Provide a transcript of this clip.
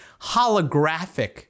holographic